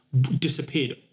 disappeared